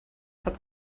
hat